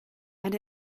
and